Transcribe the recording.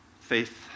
faith